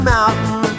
Mountain